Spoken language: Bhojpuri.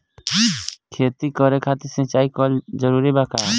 खेती करे खातिर सिंचाई कइल जरूरी बा का?